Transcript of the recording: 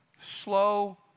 slow